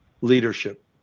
Leadership